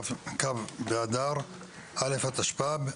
כ' באדר התשפ"ב,